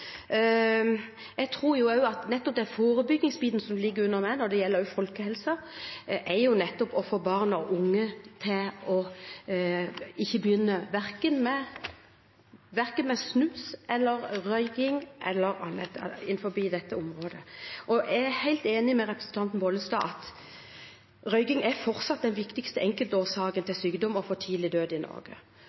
Jeg tror også på forebyggingsbiten, som ligger under mitt ansvarsområde når det gjelder folkehelse – nettopp å få barn og unge til å begynne med verken snus eller røyking eller annet. Jeg er helt enig med representanten Bollestad i at røyking fortsatt er den viktigste enkeltårsaken til sykdom og for tidlig død i Norge,